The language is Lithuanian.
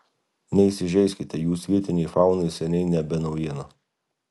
neįsižeiskite jūs vietinei faunai seniai nebe naujiena